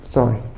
Sorry